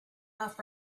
off